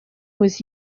was